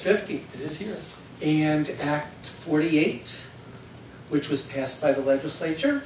fifty this year and act were eight which was passed by the legislature